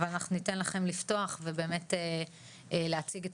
אבל אנחנו ניתן לכם לפתוח ובאמת להציג את